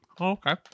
Okay